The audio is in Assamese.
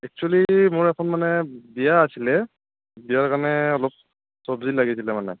একচোৱেলি মোৰ এখন মানে বিয়া আছিল বিয়াৰ কাৰণে অলপ চব্জি লাগিছিল মানে